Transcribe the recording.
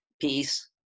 peace